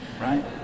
right